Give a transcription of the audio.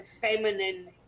feminine